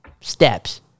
Steps